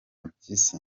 mpyisi